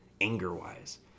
anger-wise